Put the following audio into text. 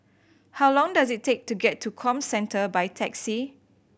how long does it take to get to Comcentre by taxi